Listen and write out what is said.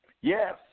Yes